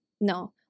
no